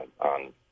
on